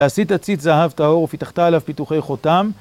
עשית ציץ זהב טהור ופיתחת עליו פיתוחי חותם.